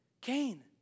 Cain